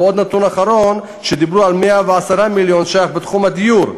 ועוד נתון אחרון: דיברו על 110 מיליון שקלים בתחום הדיור.